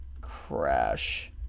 crash